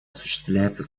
осуществляется